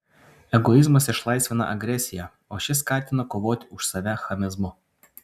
egoizmas išlaisvina agresiją o ši skatina kovoti už save chamizmu